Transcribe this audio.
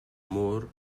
more